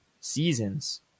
seasons